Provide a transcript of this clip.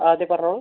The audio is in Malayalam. ആ അതെ പറഞ്ഞോളൂ